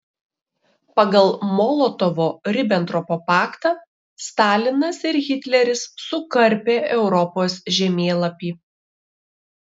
pagal molotovo ribentropo paktą stalinas ir hitleris sukarpė europos žemėlapį